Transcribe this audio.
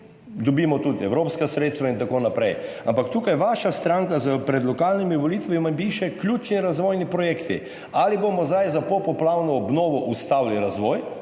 dobimo tudi evropska sredstva in tako naprej. Ampak tukaj vaša stranka pred lokalnimi volitvami piše: ključni razvojni projekti. Ali bomo zdaj za popoplavno obnovo ustavili razvoj,